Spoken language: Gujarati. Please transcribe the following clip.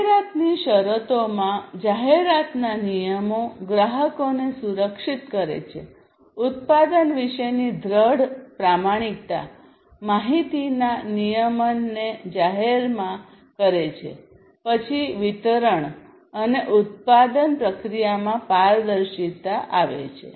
જાહેરાતની શરતોમાં જાહેરાતના નિયમો ગ્રાહકોને સુરક્ષિત કરે છે ઉત્પાદન વિશેની દૃઢ પ્રમાણિકતા માહિતીના નિયમનને જાહેરમાં કરે છે પછી વિતરણ અને ઉત્પાદન પ્રક્રિયામાં પારદર્શિતા આવે છે